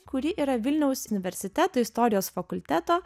kuri yra vilniaus universiteto istorijos fakulteto